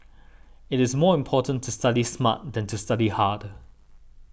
it is more important to study smart than to study hard